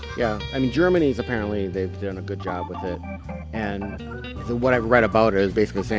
yeah, i mean germany's apparently they've done a good job with it and what i've read about it is basically